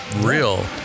real